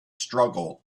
struggle